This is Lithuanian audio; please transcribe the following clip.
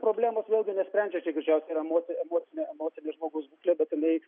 problemos vėlgi nesprendžia čia greičiausiai yra emo emocinė emocinė žmogaus būklė bet jinai